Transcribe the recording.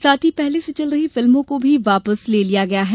साथ ही पहले से चल रही फिल्मों को भी वापस ले लिया गया है